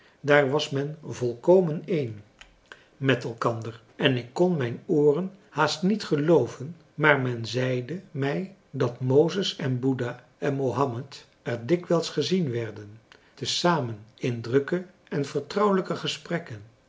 daar was men volkomen één met françois haverschmidt familie en kennissen elkander en ik kon mijn ooren haast niet gelooven maar men zeide mij dat mozes en buddha en mohammed er dikwijls gezien werden te zamen in drukke en vertrouwelijke gesprekken